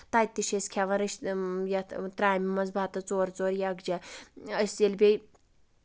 تَتہِ تہِ چھِ أسۍ کھٮ۪وان رشت یَتھ ترامہِ منٛز بَتہٕ ژور ژور یکجاہ أسۍ ییٚلہِ بیٚیہِ